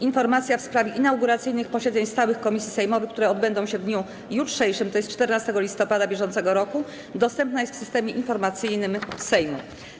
Informacja w sprawie inauguracyjnych posiedzeń stałych komisji sejmowych, które odbędą się w dniu jutrzejszym, tj. 14 listopada br., dostępna jest w Systemie Informacyjnym Sejmu.